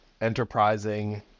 enterprising